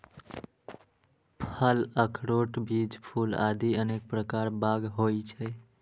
फल, अखरोट, बीज, फूल आदि अनेक प्रकार बाग होइ छै